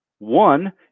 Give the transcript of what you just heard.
One